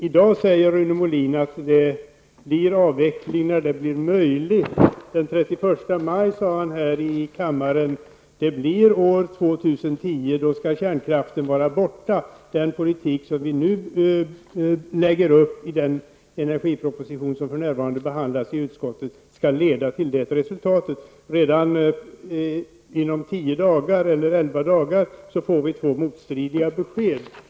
I dag säger Rune Molin att avvecklingen kommer att ske när den blir möjlig. Den 31 maj sade han här i kammaren: ''Det betyder att år 2010 skall kärnkraften vara borta. Den politik som vi nu lägger upp i den energiproposition som för närvarande behandlas i utskottet skall leda till det resultatet.'' Inom 11 dagar får vi två motstridiga besked.